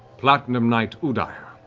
platinum knight udire,